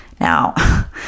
Now